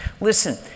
Listen